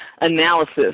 analysis